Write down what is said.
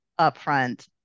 upfront